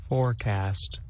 Forecast